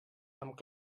amb